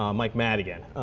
um mike madigan.